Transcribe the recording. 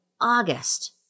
August